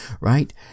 right